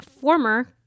former